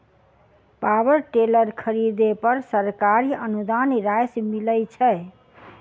Power tiller खरीदे पर सरकारी अनुदान राशि मिलय छैय?